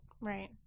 Right